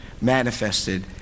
manifested